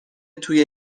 توی